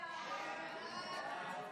הודעת הממשלה על